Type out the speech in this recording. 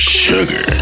sugar